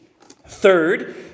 Third